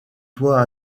toit